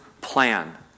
plan